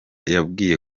yabwiye